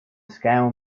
scale